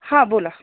हां बोला